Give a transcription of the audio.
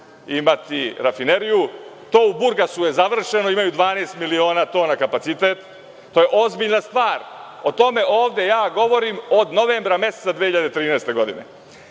imati rafineriju. To u Burgasu je završeno, imaju 12 miliona tona kapacitet, to je ozbiljna stvar. O tome ja govorim od novembra meseca 2013. godine.